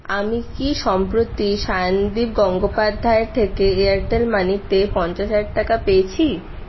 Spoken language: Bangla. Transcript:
আমি কি সম্প্রতি সায়নদীপ গঙ্গোপাধ্যায়ের থেকে এয়ারটেল মানিতে পঞ্চাশ হাজার টাকা পেয়েছি